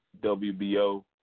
WBO